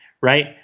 right